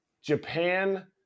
Japan